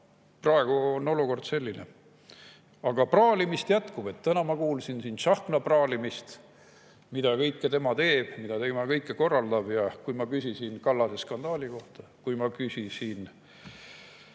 praegu on olukord selline. Aga praalimist jätkub. Täna ma kuulsin siin Tsahkna praalimist, mida kõike tema teeb, mida kõike tema korraldab. Kui ma küsisin Kallase skandaali kohta, kui ma küsisin